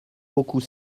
beaucoup